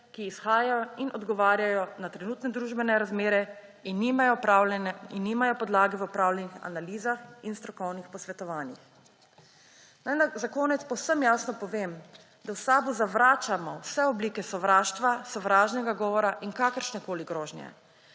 ki izhajajo iz in odgovarjajo na trenutne družbene razmere in nimajo podlage v opravljenih analizah in strokovnih posvetovanjih. Naj za konec povsem jasno povem, da v SAB zavračamo vse oblike sovraštva, sovražnega govora in kakršnekoli grožnje.